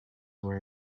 were